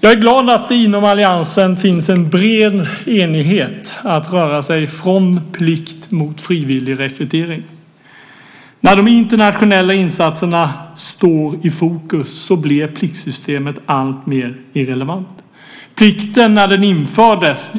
Jag är glad att det inom alliansen finns en bred enighet om att röra sig från plikt mot frivillig rekrytering. När de internationella insatserna står i fokus blir pliktsystemet alltmer irrelevant. När plikten infördes